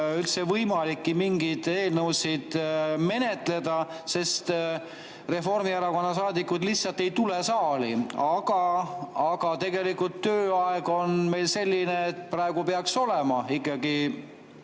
üldse võimalik mingeid eelnõusid menetleda, sest Reformierakonna saadikud lihtsalt ei tule saali. Aga tegelikult tööaeg on meil selline, et praegu peaks olema ikkagi